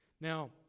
Now